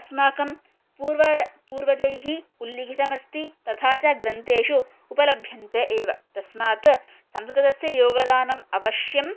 अस्माकं पूर्व पूर्वजैः उल्लिखितः अस्ति तथा च ग्रन्थेषु उपलभ्यन्ते एव तस्मात् संस्कृतस्य योगदानम् अवश्यं